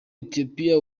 ethiopia